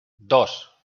dos